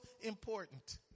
important